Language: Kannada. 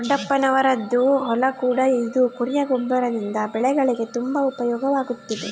ದೊಡ್ಡಪ್ಪನವರದ್ದು ಹೊಲ ಕೂಡ ಇದ್ದು ಕುರಿಯ ಗೊಬ್ಬರದಿಂದ ಬೆಳೆಗಳಿಗೆ ತುಂಬಾ ಉಪಯೋಗವಾಗುತ್ತಿದೆ